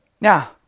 Now